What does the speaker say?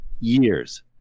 Years